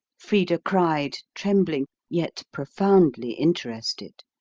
frida cried, trembling, yet profoundly interested